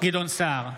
גדעון סער,